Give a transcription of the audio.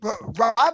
Rob